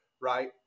right